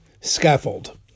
scaffold